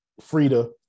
Frida